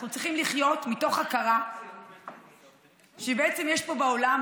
אנחנו צריכים לחיות מתוך הכרה שבעצם יש פה בעולם,